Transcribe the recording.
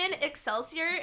Excelsior